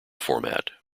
format